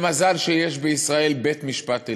ומזל שיש בישראל בית-משפט עליון.